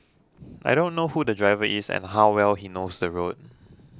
I don't know who the driver is and how well he knows the road